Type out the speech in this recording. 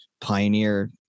Pioneer